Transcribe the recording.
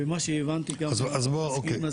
ומה שהבנתי --- אוקיי.